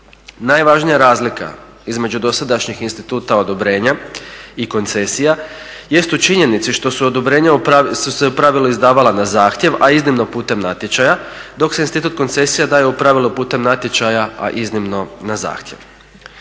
Najvažnija razlika između dosadašnjih instituta odobrenja i koncesija jest u činjenici što su odobrenja su se u pravilu izdavala na zahtjev, a iznimno putem natječaja dok se institut koncesija daje u pravilu putem natječaja, a iznimno na zahtjev.